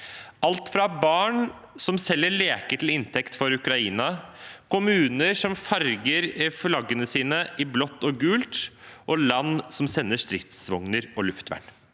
alt fra barn som selger leker til inntekt for Ukraina, kommuner som farger flaggene sine i blått og gult, til land som sender stridsvogner og luftvern.